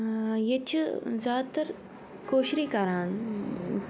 ییٚتہِ چھِ زیادٕ تَر کٲشرُے کَران